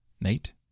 Nate